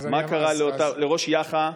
מה קרה לראש יאח"ה,